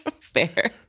Fair